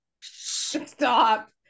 Stop